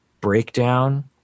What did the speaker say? breakdown